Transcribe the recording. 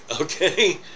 Okay